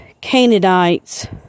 Canaanites